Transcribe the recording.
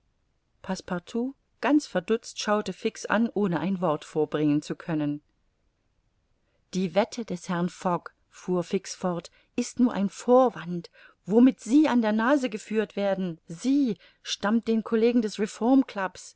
ganz verdutzt schaute fix an ohne ein wort vorbringen zu können die wette des herrn fogg fuhr fix fort ist nur ein vorwand womit sie an der nase geführt werden sie sammt den collegen des